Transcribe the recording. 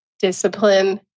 discipline